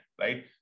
right